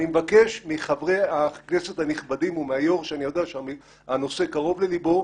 אני מבקש מחברי הכנסת הנכבדים ומהיו"ר שאני יודע שהנושא קרוב לליבו,